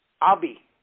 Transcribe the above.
Abi